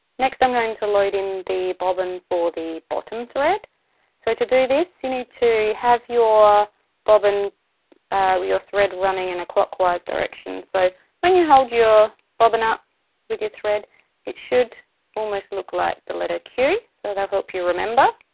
next i'm going to load in the bobbin for the bottom thread so to do this you need to have your bobbin your thread running in a clockwise direction so when you hold your bobbin up with your thread it should almost look like the letter q so they'll help you remember.